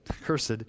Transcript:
cursed